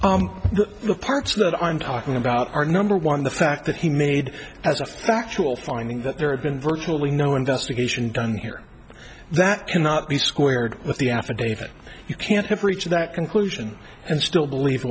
others the parts that i'm talking about are number one the fact that he made as a factual finding that there had been virtually no investigation done here that cannot be squared with the affidavit you can't have reached that conclusion and still believe